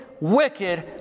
wicked